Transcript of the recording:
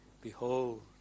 Behold